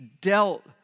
dealt